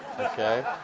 Okay